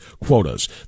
quotas